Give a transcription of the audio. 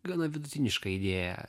gana vidutiniška idėja